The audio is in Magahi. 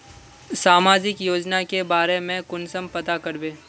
सामाजिक योजना के बारे में कुंसम पता करबे?